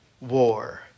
War